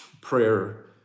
prayer